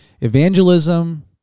Evangelism